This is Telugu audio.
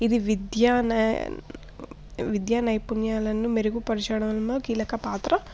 ఇది విద్య విద్యా నైపుణ్యాలను మెరుగుపరచడంలో కీలక పాత్ర